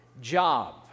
Job